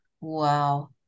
Wow